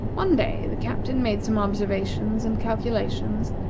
one day the captain made some observations and calculations,